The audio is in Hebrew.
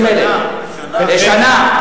120,000. בשנה.